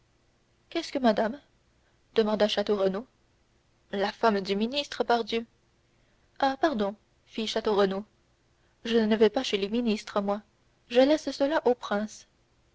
qu'est-ce que madame demanda château renaud la femme du ministre pardieu ah pardon fit château renaud je ne vais pas chez les ministres moi je laisse cela aux princes